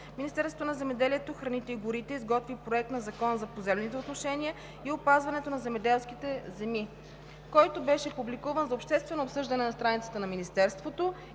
Министерството на земеделието, храните и горите е изготвило Проект на закон за поземлените отношения и опазването на земеделските земи, който беше публикуван за обществено обсъждане на страницата на Министерството